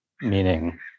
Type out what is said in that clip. Meaning